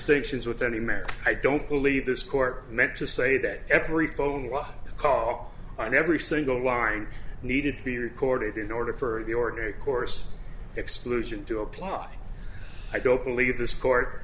distinctions with any merit i don't believe this court meant to say that every phone well call and every single line needed to be recorded in order for the ordinary course exclusion to apply i don't believe this court